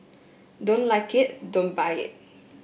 don't like it don't buy it